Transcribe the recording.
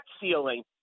ceiling